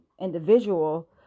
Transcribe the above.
individual